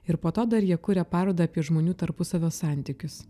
ir po to dar jie kuria parodą apie žmonių tarpusavio santykius